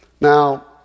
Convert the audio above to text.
Now